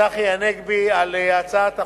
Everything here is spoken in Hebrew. צחי הנגבי, על הצעת החוק,